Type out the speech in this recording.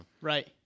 Right